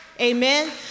amen